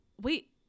wait